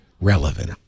relevant